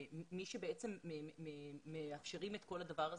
מי שבעצם מאפשר את כל הדבר הזה,